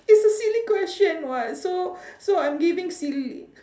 it's a silly question [what] so so I'm giving silly